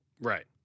Right